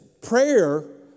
Prayer